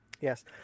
Yes